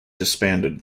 disbanded